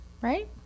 Right